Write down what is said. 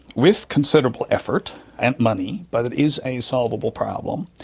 with considerable effort and money, but it is a solvable problem.